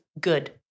good